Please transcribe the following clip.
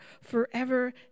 forever